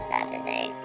Saturday